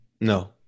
No